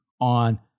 on